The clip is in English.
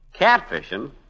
catfishing